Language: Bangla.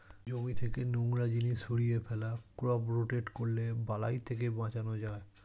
জমি থেকে নোংরা জিনিস সরিয়ে ফেলা, ক্রপ রোটেট করলে বালাই থেকে বাঁচান যায়